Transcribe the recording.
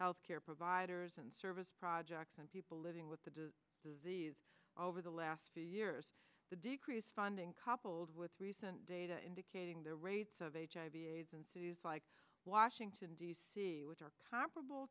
health care providers and service projects and people living with the does disease over the last few years to decrease funding coupled with recent data indicating the rates of hiv aids in cities like washington d c with are comparable